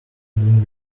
been